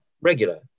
regular